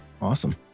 Awesome